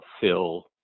fill